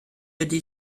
ydy